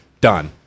Done